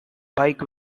bike